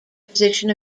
position